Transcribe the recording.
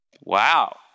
Wow